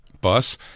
bus